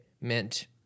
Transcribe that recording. meant